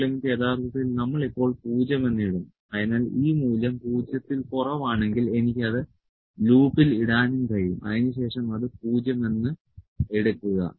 L യഥാർത്ഥത്തിൽ നമ്മൾ ഇപ്പോൾ 0 എന്ന് ഇടും അതിനാൽ ഈ മൂല്യം 0 ൽ കുറവാണെങ്കിൽ എനിക്ക് അത് ലൂപ്പിൽ ഇടാനും കഴിയും അതിനുശേഷം അത് 0 എന്ന് എടുക്കുക